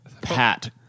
Pat